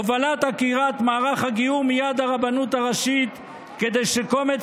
הובלת עקירת מהלך הגיור מיד הרבנות הראשית כדי שקומץ